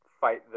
fight